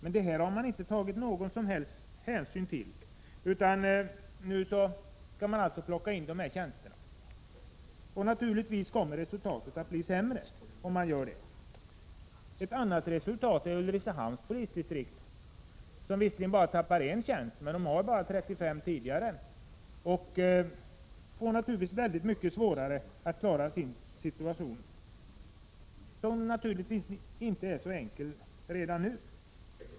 Men till detta har inte tagits någon som helst hänsyn, utan nu skall tjänster dras in. Naturligtvis kommer resultatet att bli sämre. Ett annat polisdistrikt som drabbas är Ulricehamn. Visserligen tappar man där bara en tjänst, men man har bara 35 tidigare. Distriktet får naturligtvis väldigt mycket svårare att klara sin situation, som inte är så enkel ens nu.